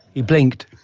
he blinked!